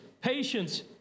patience